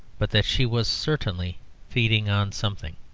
but that she was certainly feeding on something.